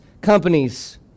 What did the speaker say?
Companies